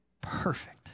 Perfect